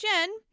Jen